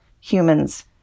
humans